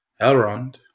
Elrond